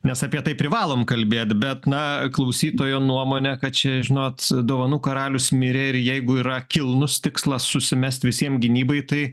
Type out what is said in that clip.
nes apie tai privalom kalbėt bet na klausytojo nuomone kad čia žinot dovanų karalius mirė ir jeigu yra kilnus tikslas susimest visiem gynybai tai